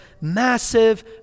massive